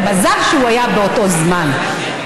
ומזל שהוא היה באותו זמן.